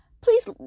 please